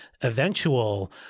eventual